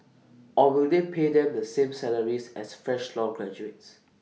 or will they pay them the same salaries as fresh law graduates